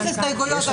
מי נגד?